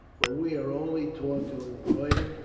for we are only taught to embroider,